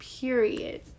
period